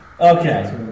Okay